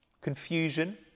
confusion